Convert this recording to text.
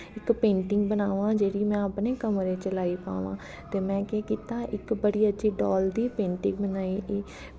इक पेंटिंग बनावां जेह्ड़ी में अपने कमरे च लाई पावां ते में केह् कीता में इक बड़ी अच्छी डॉल दी पेंटिंग बनाई ही